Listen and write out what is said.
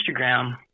Instagram